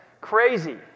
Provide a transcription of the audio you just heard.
crazy